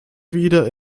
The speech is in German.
wieder